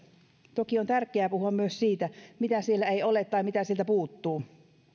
toki on tärkeää puhua myös siitä mitä siellä ei ole tai mitä sieltä puuttuu